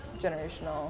generational